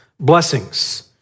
Blessings